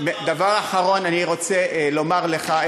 דבר אחרון: אני רוצה לומר לך,